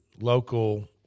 local